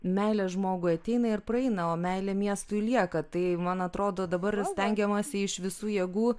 meilė žmogui ateina ir praeina o meilė miestui lieka tai man atrodo dabar stengiamasi iš visų jėgų